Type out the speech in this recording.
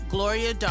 Gloria